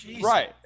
Right